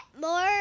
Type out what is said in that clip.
more